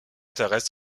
terrestres